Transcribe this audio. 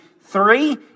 three